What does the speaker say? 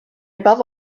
above